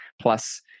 plus